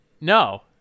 No